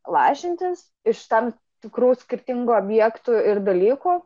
lažintis iš tam tikrų skirtingų objektų ir dalykų